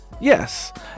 Yes